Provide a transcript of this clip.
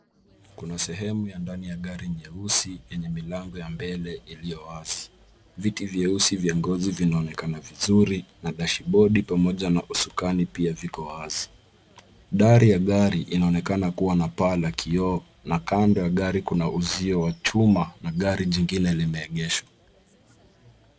Kuna sehemu ya ndani ya gari nyeusi yenye milango ya mbele iliyowazi. Viti vyeusi vya ngozi vinaonekana vizuri, na dashibodi pamoja na usukani pia viko wazi. Dari ya gari inaonekana kuwa na paa la kioo, na kando ya gari kuna uzio wa chuma na gari jingine limeegeshwa.